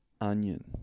onion